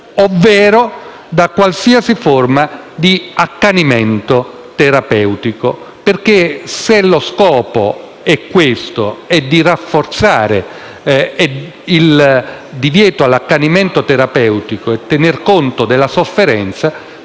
ovvero da qualsiasi forma di accanimento terapeutico. Se lo scopo è rafforzare il divieto all'accanimento terapeutico e tener conto della sofferenza,